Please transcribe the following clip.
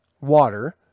water